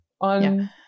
on